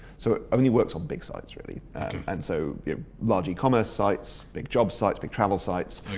so it only works on big sites really and so large e-commerce sites, big job sites, big travel sites,